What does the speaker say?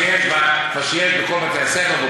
מה שיש בכל בתי-הספר,